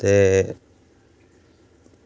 ते